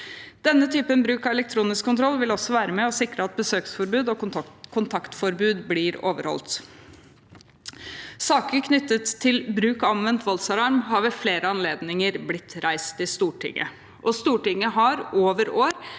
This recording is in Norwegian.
Denne typen bruk av elektronisk kontroll vil også være med og sikre at besøksforbud og kontaktforbud blir overholdt. Saker knyttet til bruk av omvendt voldsalarm har ved flere anledninger blitt reist i Stortinget, og Stortinget har over år